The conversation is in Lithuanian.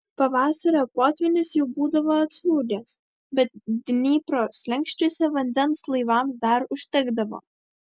pavasario potvynis jau būdavo atslūgęs bet dniepro slenksčiuose vandens laivams dar užtekdavo